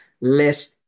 less